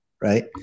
right